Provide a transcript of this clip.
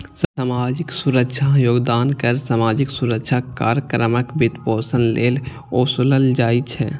सामाजिक सुरक्षा योगदान कर सामाजिक सुरक्षा कार्यक्रमक वित्तपोषण लेल ओसूलल जाइ छै